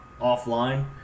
offline